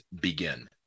begin